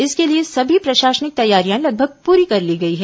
इसके लिए सभी प्रशासनिक तैयारियां लगभग पूरी कर ली गई हैं